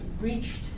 reached